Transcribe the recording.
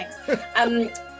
Thanks